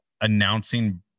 announcing